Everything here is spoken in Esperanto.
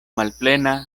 malplena